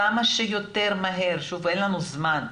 כמה שיותר מהר, שוב, אין לנו זמן,